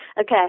Okay